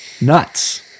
Nuts